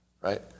right